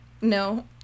no